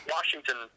Washington